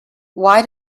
why